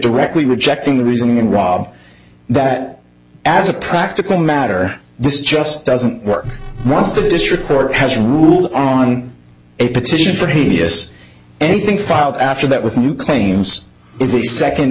directly rejecting the reasoning and rob that as a practical matter this just doesn't work once the district court has ruled on a petition for hideous anything filed after that with new claims is the second